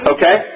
Okay